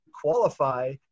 qualify